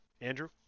Andrew